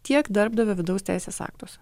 tiek darbdavio vidaus teisės aktuose